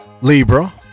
Libra